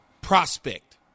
prospect